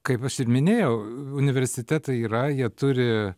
kaip aš ir minėjau universitetai yra jie turi